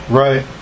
right